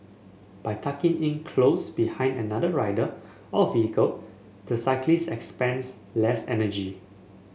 by tucking in close behind another rider or vehicle the cyclist expends less energy